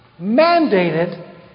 mandated